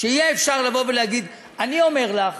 שיהיה אפשר לבוא ולהגיד, אני אומר לך